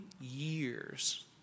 years